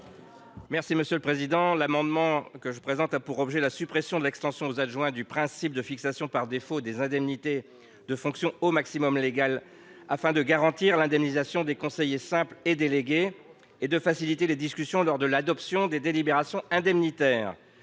M. Laurent Somon. Cet amendement tend à supprimer l’extension aux adjoints du principe de fixation par défaut des indemnités de fonction au maximum légal, afin de garantir l’indemnisation des conseillers simples et délégués et de faciliter les discussions lors de l’adoption des délibérations indemnitaires.